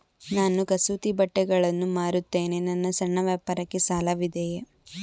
ನಾನು ಕಸೂತಿ ಬಟ್ಟೆಗಳನ್ನು ಮಾರುತ್ತೇನೆ ನನ್ನ ಸಣ್ಣ ವ್ಯಾಪಾರಕ್ಕೆ ಸಾಲವಿದೆಯೇ?